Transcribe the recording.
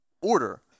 order